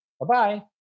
Bye-bye